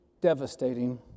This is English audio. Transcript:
devastating